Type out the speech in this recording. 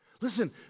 Listen